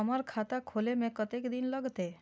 हमर खाता खोले में कतेक दिन लगते?